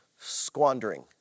squandering